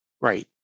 Right